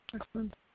Excellent